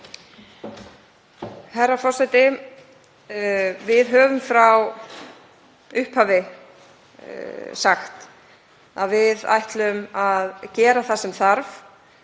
Herra forseti. Við höfum frá upphafi sagt að við ætlum að gera það sem þarf